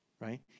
right